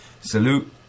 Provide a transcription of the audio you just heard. salute